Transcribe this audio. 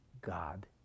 God